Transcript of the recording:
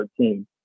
2013